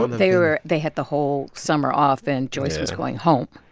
um they were they had the whole summer off, and joyce was going home.